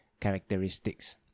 characteristics